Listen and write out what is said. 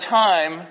time